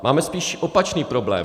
Máme spíš opačný problém.